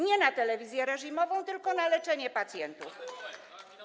Nie na telewizję reżimową, tylko na leczenie pacjentów.